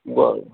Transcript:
बरं